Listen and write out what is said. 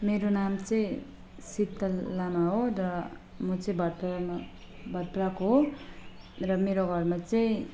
मेरो नाम चाहिँ शीतल लामा हो र म चाहिँ भातपाडामा भातपाडाको हो र मेरो घरमा चाहिँ